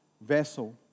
vessel